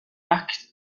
arc